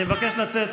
אני מבקש לצאת,